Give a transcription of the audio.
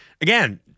again